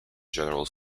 general